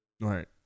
right